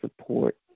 support